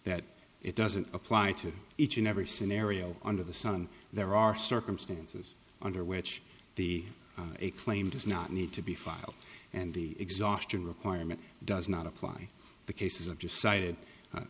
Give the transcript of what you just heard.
that it doesn't apply to each and every scenario under the sun there are circumstances under which the a claim does not need to be filed and the exhaustion requirement does not apply the cases of